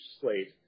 slate